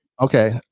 Okay